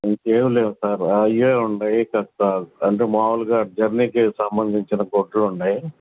ఇంక ఏమి లేవు సార్ అవే ఉన్నాయి కాస్త అంటే మామూలుగా జర్నీకి సంబంధించిన గుడ్డలు ఉన్నాయి